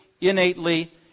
innately